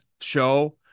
show